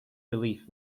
relief